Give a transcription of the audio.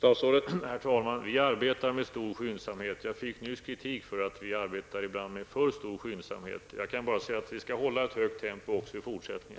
Herr talman! Vi arbetar med stor skyndsamhet. Jag fick nyss kritik för att vi ibland arbetar med för stor skyndsamhet. Jag kan bara säga att vi också i fortsättningen skall hålla ett högt tempo.